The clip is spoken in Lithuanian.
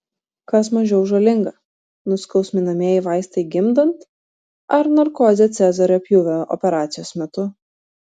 kas mažiau žalinga nuskausminamieji vaistai gimdant ar narkozė cezario pjūvio operacijos metu